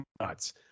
nuts